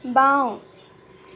বাওঁ